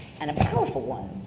and a powerful one.